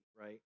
right